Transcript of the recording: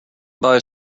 buy